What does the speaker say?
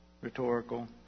rhetorical